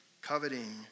coveting